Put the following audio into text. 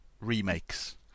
remakes